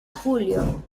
julio